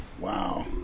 Wow